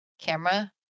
camera